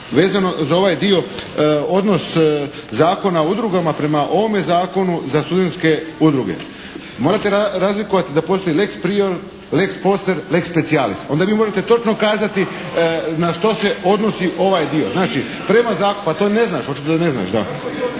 Vezano za ovaj dio odnos Zakona o udrugama prema ovome zakonu za studentske udruge. Morate razlikovati da postoji lex prior, lex poster, lex specialis. Onda vi možete točno kazati na što se odnosi ovaj dio. Znači prema, …… /Upadica se ne čuje./ … Pa to ne znaš, očito da ne znaš da.